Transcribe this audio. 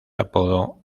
apodo